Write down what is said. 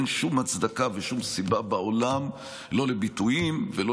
אין שום הצדקה ושום סיבה בעולם לא לביטויים ולא